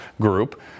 group